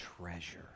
treasure